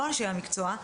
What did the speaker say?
לא אנשי המקצוע.